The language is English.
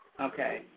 Okay